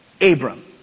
Abram